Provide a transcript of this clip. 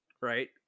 right